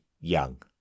Young